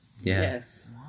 Yes